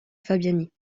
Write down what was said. fabiani